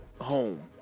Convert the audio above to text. home